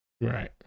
right